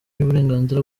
y’uburenganzira